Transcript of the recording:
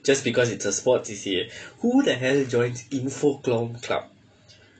just because it's a sports C_C_A who the hell joins info comm club